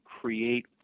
create